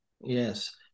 Yes